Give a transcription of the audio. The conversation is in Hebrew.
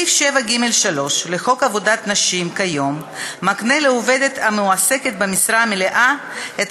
סעיף 7(ג)(3) לחוק עבודת נשים מקנה כיום לעובדת המועסקת במשרה מלאה את